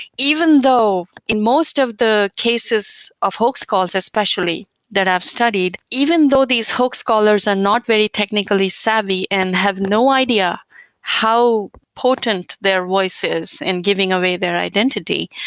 even though in most of the cases of hoax calls especially that i've studied, even though these hoax callers are not very technically savvy and have no idea how potent their voice is in giving away their identity,